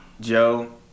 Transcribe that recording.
Joe